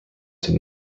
did